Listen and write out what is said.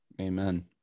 Amen